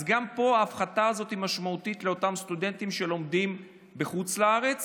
גם פה ההפחתה הזאת היא משמעותית לאותם סטודנטים שלומדים בחוץ לארץ